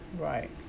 right